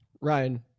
Ryan